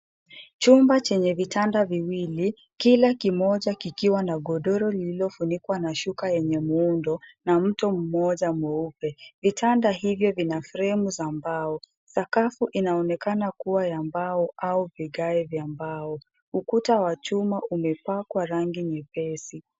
Chumba chenye vitanda viwili kila kimoja kikiwa na godoro lililofunikwa na shuka yenye muundo na mto mmoja mweupe. Vitanda hivyo vina fremu za mbao. Sakafu inaonekana kuwa ya mbao au vigae vya mbao. Ukuta wa chuma umepakwa rangi nyepesi.